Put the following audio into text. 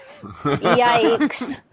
yikes